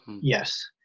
Yes